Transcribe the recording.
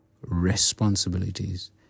responsibilities